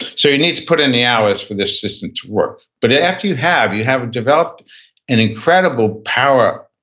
so you need to put in the hours for this system to work, but after you have, you have developed an incredible power